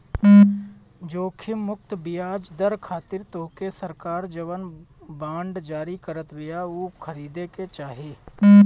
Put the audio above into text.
जोखिम मुक्त बियाज दर खातिर तोहके सरकार जवन बांड जारी करत बिया उ खरीदे के चाही